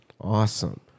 Awesome